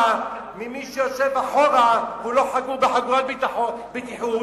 ממי שיושב מאחור והוא לא חגור בחגורת בטיחות,